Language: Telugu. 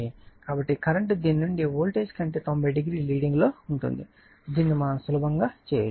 కాబట్టి ఈ కరెంట్ దీని నుండి వోల్టేజ్ కంటే 90 డిగ్రీలు లీడింగ్ లో ఉంటుంది దీనిని మనం సులభంగా చేయవచ్చు